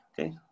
Okay